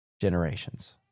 generations